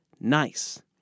nice